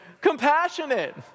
compassionate